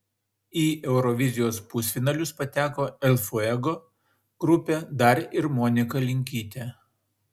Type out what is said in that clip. į eurovizijos pusfinalius pateko el fuego grupė dar ir monika linkytė